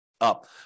up